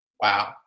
Wow